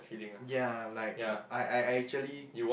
ya like I I actually